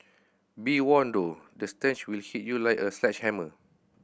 be warned though the stench will hit you like a sledgehammer